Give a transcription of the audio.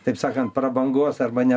taip sakan prabangos arba ne